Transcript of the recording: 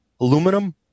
aluminum